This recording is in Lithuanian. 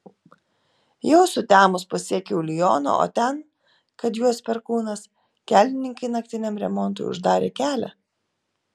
jau sutemus pasiekiau lioną o ten kad juos perkūnas kelininkai naktiniam remontui uždarė kelią